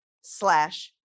slash